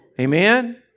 Amen